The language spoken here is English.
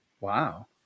Wow